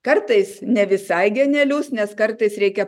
kartais ne visai genialius nes kartais reikia